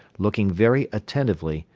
looking very attentively,